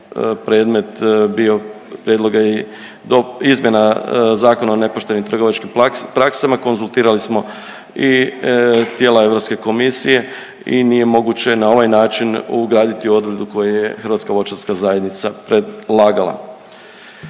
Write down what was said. predmet bio prijedloga izmjena Zakona o nepoštenim trgovačkim praksama. Konzultirali smo i tijela Europske komisije i nije moguće na ovaj način ugraditi odredbu koju je Hrvatska